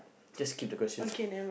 just skip the question